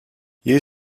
you